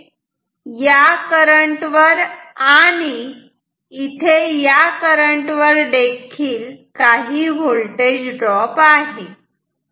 म्हणजे या करंट वर आणि या करंट वर देखील काही होल्टेज ड्रॉप आहे